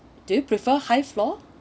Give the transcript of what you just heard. do you prefer high floor